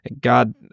God